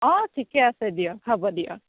অ ঠিকে আছে দিয়ক হ'ব দিয়ক